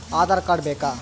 Aadhaar card ಬೇಕಾ?